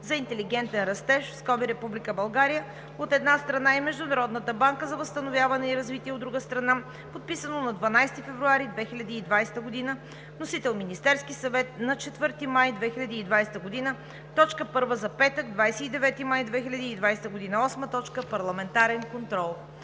за интелигентен растеж“ (Република България), от една страна, и Международната банка за възстановяване и развитие, от друга страна, подписано на 12 февруари 2020 г., вносител – Министерският съвет, 4 май 2020 г., точка първа за петък, 29 май 2020 г. 8. Парламентарен контрол.“